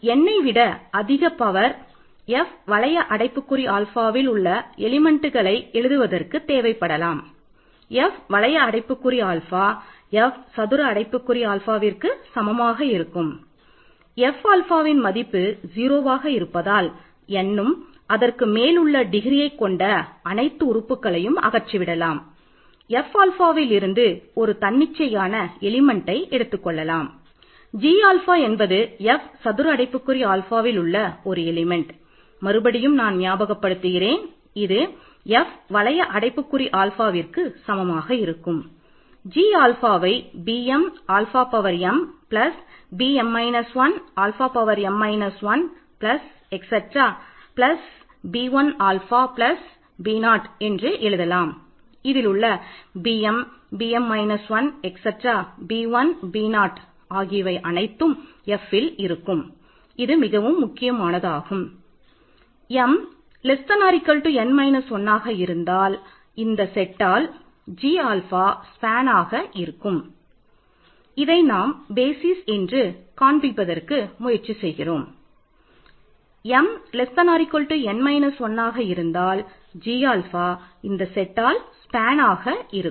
m n 1 ஆக இருந்தால் g alpha உள்ள அனைத்தும் இங்கே n 1 ஆக இருக்கும் மற்றும் இதன் கோஏஃபிசிஎன்ட்கள் F ஆக இருக்கும்